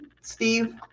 Steve